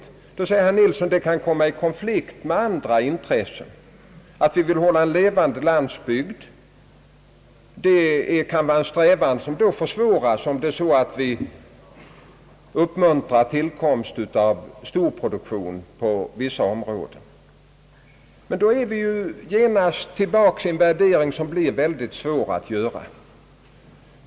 Då säger herr Yngve Nilsson att den kan komma i konflikt med andra intressen, såsom att vi vill behålla en levande landsbygd; denna strävan kan försvåras om vi uppmuntrar tillkomsten av storproduktion på vissa områden. Om vi resonerar så är vi genast tillbaka i en värdering som blir mycket svår att göra.